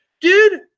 Dude